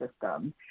system